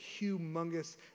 humongous